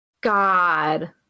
God